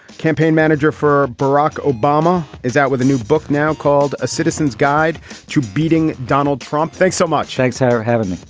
campaign manager for barack obama, is out with a new book now called a citizen's guide to beating donald trump. thanks so much. thanks for having